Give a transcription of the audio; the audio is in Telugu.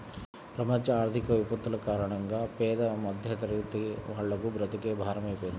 ప్రపంచ ఆర్థిక విపత్తుల కారణంగా పేద మధ్యతరగతి వాళ్లకు బ్రతుకే భారమైపోతుంది